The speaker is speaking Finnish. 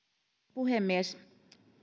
puhemies